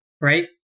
Right